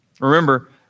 Remember